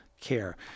care